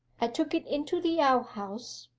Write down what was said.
i took it into the outhouse,